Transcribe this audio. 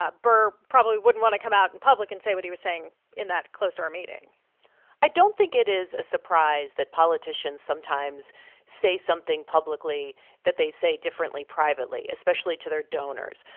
ah burr probably wouldn't want to come out in public and say what he was saying in that closed-door meeting i don't think it is a surprise that politicians sometimes say something publicly that they say differently privately, especially to their donors.